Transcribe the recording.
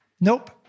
Nope